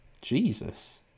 Jesus